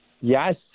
Yes